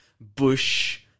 bush